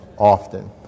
often